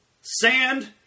sand